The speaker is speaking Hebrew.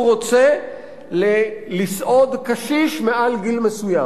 הוא רוצה לסעוד קשיש מעל גיל מסוים.